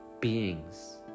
beings